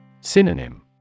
Synonym